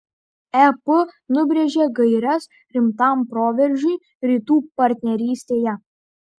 ep nubrėžė gaires rimtam proveržiui rytų partnerystėje